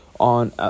On